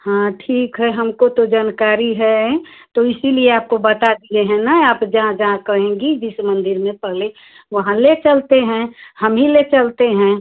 हाँ ठीक है हमको तो जानकारी है तो इसीलिए आपको बता दिए हैं ना आप जहाँ जहाँ कहेंगी जिस मंदिर में पहले वहाँ ले चलते हैं हम ही ले चलते हैं